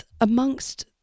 amongst